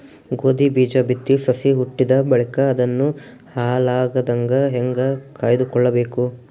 ಗೋಧಿ ಬೀಜ ಬಿತ್ತಿ ಸಸಿ ಹುಟ್ಟಿದ ಬಳಿಕ ಅದನ್ನು ಹಾಳಾಗದಂಗ ಹೇಂಗ ಕಾಯ್ದುಕೊಳಬೇಕು?